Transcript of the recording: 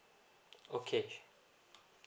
okay sure